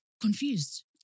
Confused